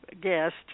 guest